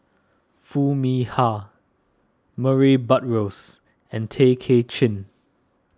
Foo Mee Har Murray Buttrose and Tay Kay Chin